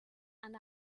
and